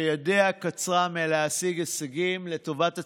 שידה קצרה מלהשיג הישגים לטובת הציבור,